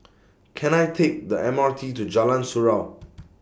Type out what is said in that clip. Can I Take The M R T to Jalan Surau